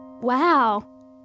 Wow